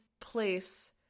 place